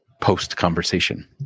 post-conversation